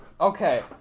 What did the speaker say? Okay